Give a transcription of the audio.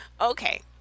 Okay